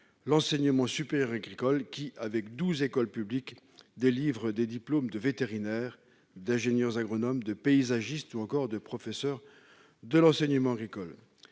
l'enseignement supérieur agricole, qui, avec douze écoles publiques, délivre des diplômes de vétérinaire, d'ingénieur agronome, de paysagiste ou encore de professeur de l'enseignement agricole.